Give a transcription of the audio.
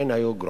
הן היו גרועות.